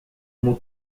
mon